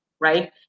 right